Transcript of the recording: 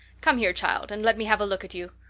come here, child, and let me have a look at you.